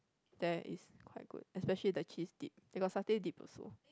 there is quite good especially the cheese dip they got satay dip also